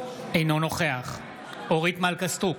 אינו נוכח אורית מלכה סטרוק,